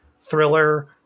thriller